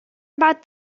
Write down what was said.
about